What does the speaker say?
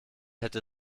hätte